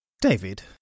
David